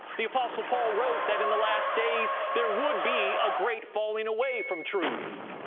the apostle paul wrote that in the last days there would be a great falling away from truth.